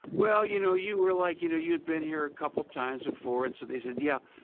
well, you know you were like you know you'd been here a couple times before. and so they said yeah.